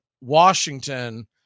Washington